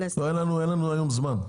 לא, אין לנו היום זמן.